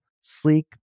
sleek